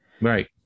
Right